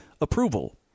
approval